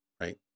right